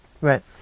Right